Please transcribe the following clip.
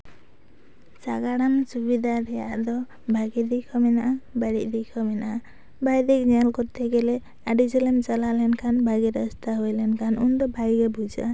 ᱥᱟᱫᱷᱟᱨᱚᱱ ᱥᱩᱵᱤᱫᱷᱟ ᱨᱮᱭᱟᱜ ᱫᱚ ᱵᱷᱟᱜᱮ ᱫᱤᱠ ᱦᱚᱸ ᱢᱮᱱᱟᱜᱼᱟ ᱵᱟᱹᱲᱤᱡ ᱫᱤᱠ ᱦᱚᱸ ᱢᱮᱱᱟᱜᱼᱟ ᱵᱟᱹᱲᱤᱡ ᱫᱤᱠ ᱧᱮᱞ ᱠᱚᱛᱛᱮ ᱜᱮᱞᱮ ᱟᱹᱰᱤ ᱡᱷᱟᱹᱞᱮᱢ ᱪᱟᱞᱟᱣ ᱞᱮᱱᱠᱷᱟᱱ ᱵᱷᱟᱜᱮ ᱨᱟᱥᱛᱟ ᱦᱩᱭ ᱞᱮᱱᱠᱷᱟᱱ ᱵᱷᱟᱜᱮ ᱜᱮ ᱵᱩᱡᱷᱟᱹᱜᱼᱟ